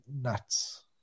nuts